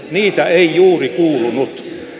niitä ei juuri kuullut